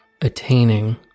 attaining